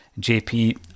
JP